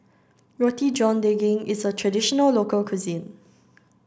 Roti John Daging is a traditional local cuisine